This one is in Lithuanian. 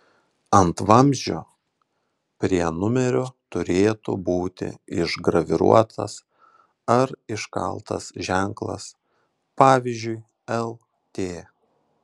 ant vamzdžio prie numerio turėtų būti išgraviruotas ar iškaltas ženklas pavyzdžiui lt